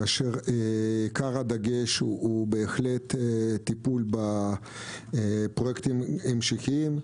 כאשר עיקר הדגש הוא בהחלט טיפול בפרויקטים המשכיים,